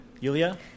Yulia